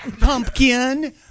pumpkin